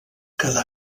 cada